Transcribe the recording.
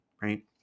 right